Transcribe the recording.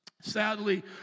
Sadly